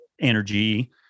energy